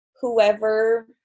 whoever